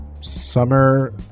summer